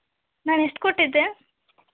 ನಾನು ಎಷ್ಟು ಕೊಟ್ಟಿದ್ದೆ